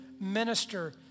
minister